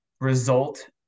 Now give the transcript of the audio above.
result